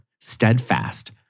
steadfast